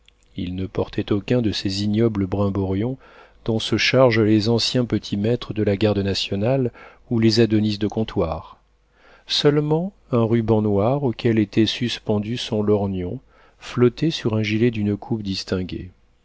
il ne portait aucun de ces ignobles brimborions dont se chargent les anciens petits-maîtres de la garde nationale ou les adonis de comptoir seulement un ruban noir auquel était suspendu son lorgnon flottait sur un gilet d'une coupe distinguée